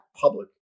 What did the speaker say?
public